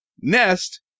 nest